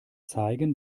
zeigen